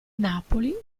napoli